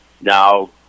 now